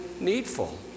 needful